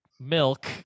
milk